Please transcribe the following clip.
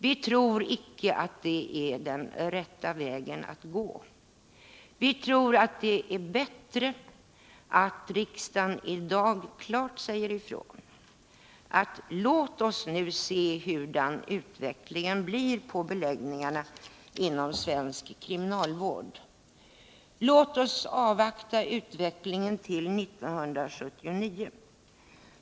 Vi tror icke att det är den rätta vägen att gå. Vi tror att det är bättre att riksdagen i dag klart säger ifrån: Låt oss nu se hurdan utvecklingen blir när det gäller beläggningarna inom svensk kriminalvård! Låt oss avvakta utvecklingen till 1979!